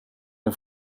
een